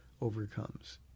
overcomes